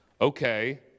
okay